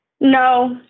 No